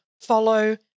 follow